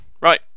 Right